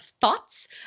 thoughts